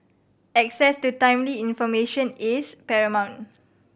access to timely information is paramount